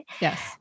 Yes